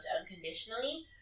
unconditionally